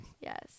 Yes